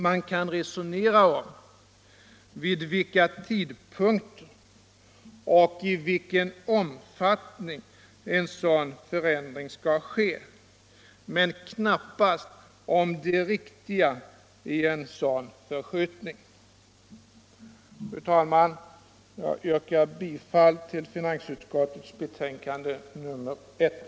Man kan resonera om vid vilka tidpunkter och i vilken omfattning en sådan förändring skall ske men knappast om det riktiga i en sådan förskjutning. Fru talman! Jag yrkar bifall till finansutskottets hemställan i betänkande nr 1.